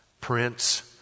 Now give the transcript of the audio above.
prince